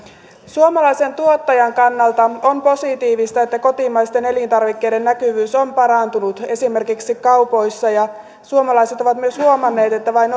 suomalaisen tuottajan kannalta on positiivista että kotimaisten elintarvikkeiden näkyvyys on parantunut esimerkiksi kaupoissa suomalaiset ovat myös huomanneet että vain